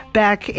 back